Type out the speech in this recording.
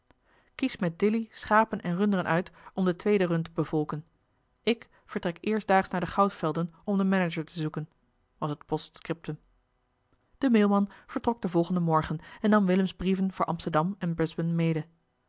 kies met dilly schapen en runderen uit om de tweede run te bevolken ik vertrek eerstdaags naar de goudvelden om den manager te zoeken was het post-scriptum eli heimans willem roda de mail man vertrok den volgenden morgen en nam willems brieven voor amsterdam en brisbane mede